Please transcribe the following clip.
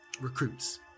recruits